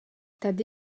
tady